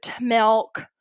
milk